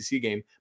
game